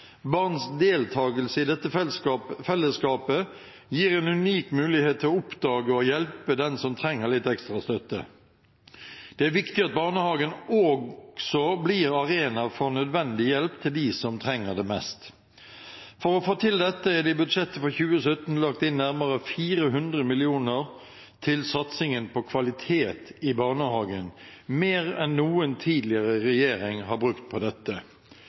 Barns deltakelse i dette fellesskapet gir en unik mulighet til å oppdage og hjelpe dem som trenger litt ekstra støtte. Det er viktig at barnehagen også blir arena for nødvendig hjelp til dem som trenger det mest. For å få til dette er det i budsjettet for 2017 lagt inn nærmere 400 mill. kr til satsingen på kvalitet i barnehagen, mer enn noen tidligere regjering har brukt på dette.